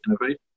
innovate